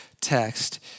text